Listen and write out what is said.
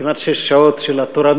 כמעט שש שעות של התורנות.